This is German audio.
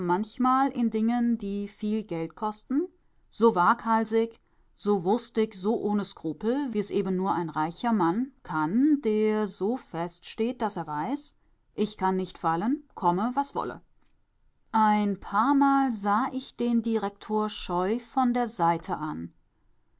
manchmal in dingen die viel geld kosten so waghalsig so wurstig so ohne skrupel wie es eben nur ein reicher mann kann der so fest steht daß er weiß ich kann nicht fallen komme was wolle ein paarmal sah ich den direktor scheu von der seite an